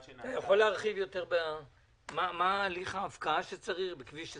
אתה יכול להרחיב בעניין הליך ההפקעה שצריך בכביש 20,